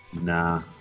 Nah